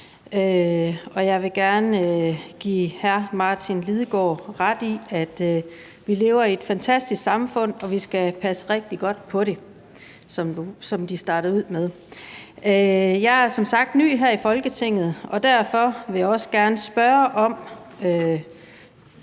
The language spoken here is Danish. Jeg vil gerne give hr. Martin Lidegaard ret i, at vi lever i et fantastisk samfund, og at vi skal passe rigtig godt på det, som han startede ud med at sige. Jeg er som sagt ny her i Folketinget, og derfor vil jeg også gerne spørge